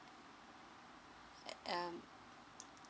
eh um